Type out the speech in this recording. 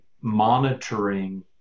monitoring